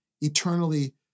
eternally